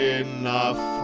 enough